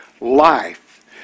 life